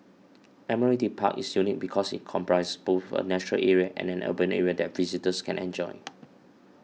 Admiralty Park is unique because it comprises both a nature area and an urban area that visitors can enjoy